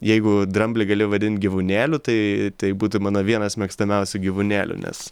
jeigu dramblį gali vadinti gyvūnėliu tai tai būtų mano vienas mėgstamiausių gyvūnėlių nes